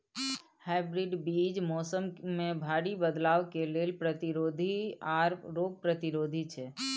hybrid बीज मौसम में भारी बदलाव के लेल प्रतिरोधी आर रोग प्रतिरोधी छै